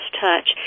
Touch